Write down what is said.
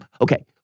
Okay